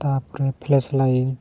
ᱛᱟᱨ ᱯᱚᱨᱮ flash light